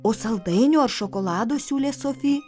o saldainių ar šokolado siūlė sofi